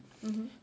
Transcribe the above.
mmhmm